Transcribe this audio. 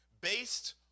based